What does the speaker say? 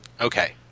Okay